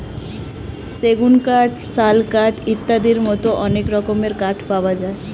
সেগুন কাঠ, শাল কাঠ ইত্যাদির মতো অনেক রকমের কাঠ পাওয়া যায়